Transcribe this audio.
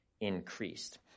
increased